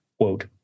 Quote